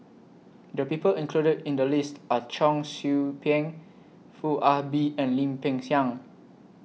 The People included in The list Are Cheong Soo Pieng Foo Ah Bee and Lim Peng Siang